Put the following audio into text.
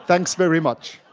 thanks very much!